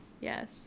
Yes